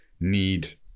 need